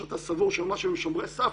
שאתה סבור שיועמ"שים הם שומרי סף,